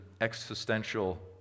existential